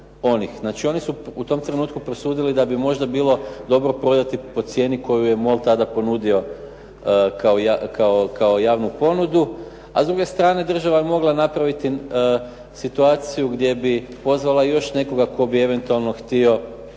Znači, oni su u tom trenutku prosudili da bi možda bilo dobro prodati po cijeni koju je MOL tada ponudio kao javnu ponudu, a s druge strane država je mogla napraviti situaciju gdje bi pozvala i još nekoga tko bi eventualno htio sudjelovati